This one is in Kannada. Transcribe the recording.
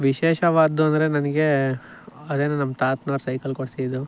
ವಿಶೇಷವಾದ್ದು ಅಂದರೆ ನನಗೆ ಅದೇನೇ ನಮ್ಮ ತಾತನೋರು ಸೈಕಲ್ ಕೊಡಿಸಿದ್ದು